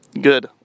good